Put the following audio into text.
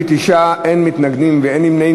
59 בעד, אין מתנגדים ואין נמנעים.